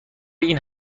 این